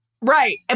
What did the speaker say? Right